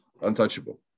Untouchable